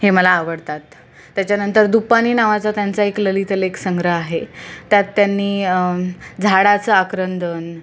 हे मला आवडतात त्याच्यानंतर दुपानी नावाचं त्यांचा एक ललित लेखसंग्रह आहे त्यात त्यांनी झाडाचं आक्रंदन